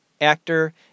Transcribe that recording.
Actor